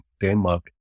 Denmark